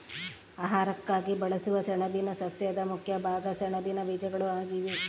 ಆಹಾರಕ್ಕಾಗಿ ಬಳಸುವ ಸೆಣಬಿನ ಸಸ್ಯದ ಮುಖ್ಯ ಭಾಗ ಸೆಣಬಿನ ಬೀಜಗಳು ಆಗಿವೆ